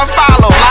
follow